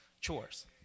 chores